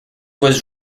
was